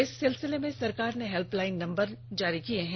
इस सिलसिले में सरकार ने हेल्पलाईन नम्बर भी जारी किये हैं